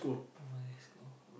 oh let's go